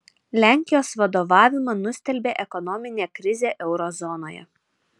lenkijos vadovavimą nustelbė ekonominė krizė euro zonoje